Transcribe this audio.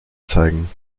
zeigen